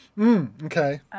okay